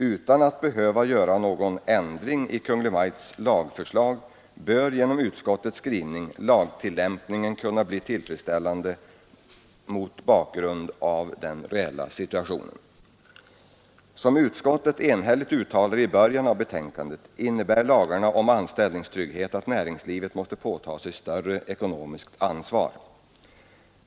Utan att man behöver göra någon ändring i Kungl. Maj:ts lagförslag bör genom utskottets skrivning lagtillämpningen kunna bli tillfredsställande mot bakgrund av den reella situationen. Som utskottet enhälligt uttalar i början av betänkandet innebär lagarna om anställningstrygghet att näringslivet måste påta sig större ekonomiskt ansvar.